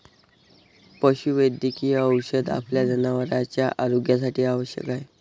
पशुवैद्यकीय औषध आपल्या जनावरांच्या आरोग्यासाठी आवश्यक आहे